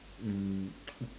um